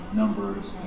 numbers